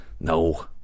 no